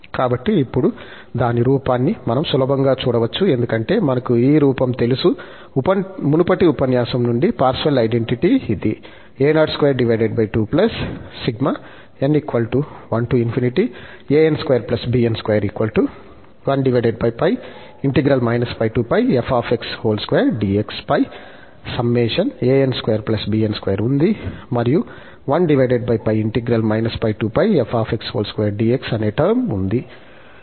కాబట్టి ఇప్పుడు దాని రూపాన్ని మనం సులభంగా చూడవచ్చు ఎందుకంటే మనకు ఈ రూపం తెలుసు మునుపటి ఉపన్యాసం నుండి పార్సెవల్ ఐడెంటిటీ ఇదిపై సమ్మషన్ an2 bn2 ఉంది మరియు అనే టర్మ్ ఉంది